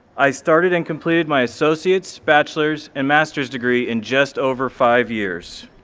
i started and completed my associate's, bachelor's and master's degree in just over five years.